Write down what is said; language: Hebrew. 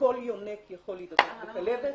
כל יונק יכול להידבק בכלבת.